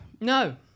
No